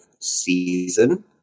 season